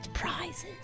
Prizes